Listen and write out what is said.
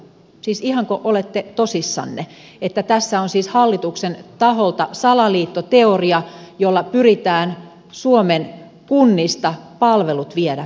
siis ihanko olette tosissanne että tässä on siis hallituksen taholta salaliittoteoria jolla pyritään suomen kunnista palvelut viemään pois